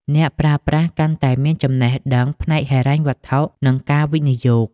អ្នកប្រើប្រាស់កាន់តែមាន "ចំណេះដឹងផ្នែកហិរញ្ញវត្ថុ" ក្នុងការវិនិយោគ។